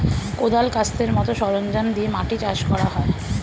কোদাল, কাস্তের মত সরঞ্জাম দিয়ে মাটি চাষ করা হয়